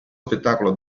spettacolo